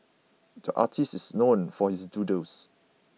the artist is known for his doodles